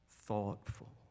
thoughtful